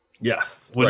yes